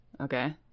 Okay